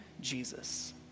Jesus